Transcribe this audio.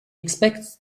expects